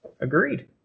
Agreed